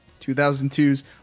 2002's